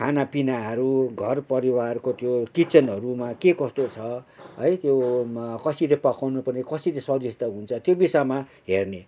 खानापिनाहरू घर परिवारको त्यो किचनहरूमा के कस्तो छ है त्यो कसरी पकाउनु पर्ने कसरी स्वादिष्ठ हुन्छ त्यो विषयमा हेर्ने